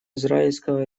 израильского